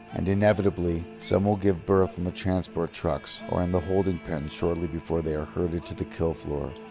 and inevitably, some will give birth on and the transport trucks or in the holding pens shortly before they are herded to the kill floor,